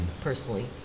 personally